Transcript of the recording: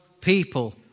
people